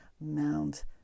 Mount